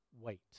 wait